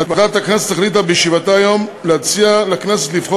ועדת הכנסת החליטה בישיבתה היום להציע לכנסת לבחור